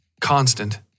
constant